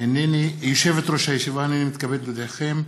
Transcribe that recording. הינני מתכבד להודיעכם,